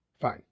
Fine